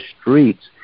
streets